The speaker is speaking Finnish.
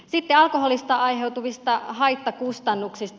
sitten alkoholista aiheutuvista haittakustannuksista